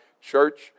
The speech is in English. Church